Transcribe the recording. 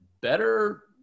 better